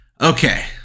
Okay